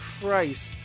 Christ